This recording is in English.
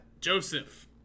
Joseph